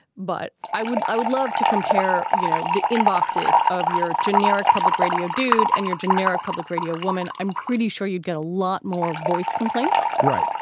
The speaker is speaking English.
but i would i would love to compare, you know, the in-boxes of your generic public radio dude and your generic public radio woman. i'm pretty sure you'd get a lot more voice complaints, right,